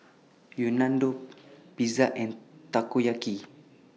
Unadon Pizza and Takoyaki